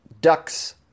ducks